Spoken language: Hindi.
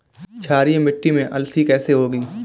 क्षारीय मिट्टी में अलसी कैसे होगी?